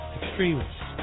extremists